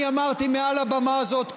אני אמרתי מעל הבמה הזאת קודם,